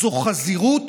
זו חזירות.